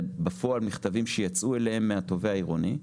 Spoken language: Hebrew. מכתבים שיצאו אליהם בפועל מהתובע העירוני.